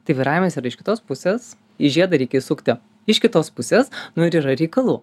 tai vairavimas yra iš kitos pusės į žiedą reikia įsukti iš kitos pusės nu ir yra reikalų